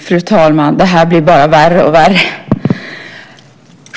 Fru talman! Det här blir bara värre och värre.